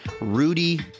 Rudy